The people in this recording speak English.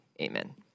Amen